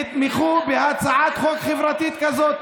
יתמכו בהצעת חוק חברתית כזאת,